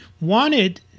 wanted